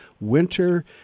winter